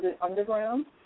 underground